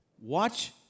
watch